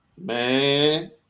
Man